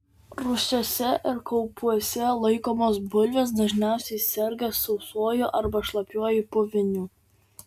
rūsiuose ir kaupuose laikomos bulvės dažniausiai serga sausuoju arba šlapiuoju puviniu